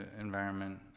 environment